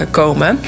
komen